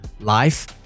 life